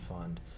Fund